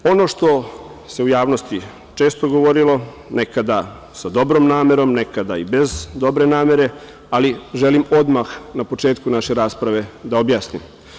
Ono što se u javnosti često govorilo, nekada sa dobrom namerom, nekada i bez dobre namere, ali želim odmah na početku naše rasprave da objasnim.